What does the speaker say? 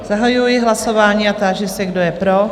Zahajuji hlasování a táži se, kdo je pro?